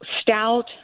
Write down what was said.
stout